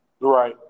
Right